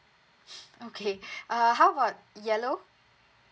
okay uh how about yellow